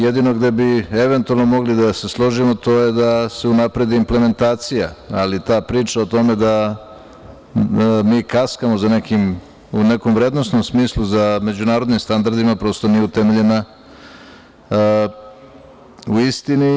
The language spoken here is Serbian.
Jedino gde bi eventualno mogli da se složimo, to je da se unapredi implementacija, ali ta priča o tome da mi kaskamo za nekim u nekom vrednosnom smislu za međunarodnim standardima, prosto nije utemeljena u istini.